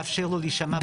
לאפשר לו להישמע.